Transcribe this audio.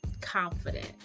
confident